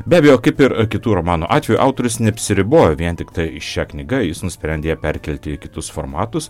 be abejo kaip ir kitų romano atveju autorius neapsiribojo vien tiktai šia knyga jis nusprendė ją perkelti į kitus formatus